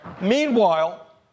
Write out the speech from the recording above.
Meanwhile